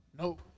nope